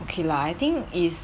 okay lah I think is